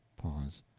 pause.